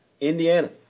Indiana